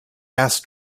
asked